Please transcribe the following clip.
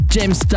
James